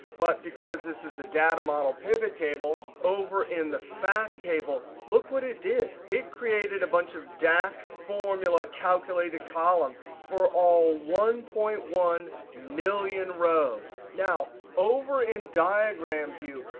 but because this is a data model pivot table, over in the fact table, look what it did. it created a bunch of dax formula calculated columns for all one point one million rows. now, over in diagram view,